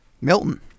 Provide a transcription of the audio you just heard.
Milton